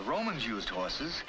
the romans used horses